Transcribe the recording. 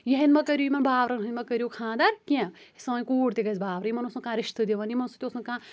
یِہٮ۪نٛدۍ ما کٕرِو یِمن باورَن ہِنٛدۍ ما کٕرِو خانٛدَر کیٚنٛہہ سٲنۍ کوٗر تہِ گَژھہِ باورٕ یِمن اوس نہٕ کانٛہہ رِشتہِ دِوَن یِمن سۭتۍ اوس نہٕ کانٛہہ